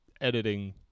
editing